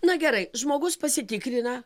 na gerai žmogus pasitikrina